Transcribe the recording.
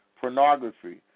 pornography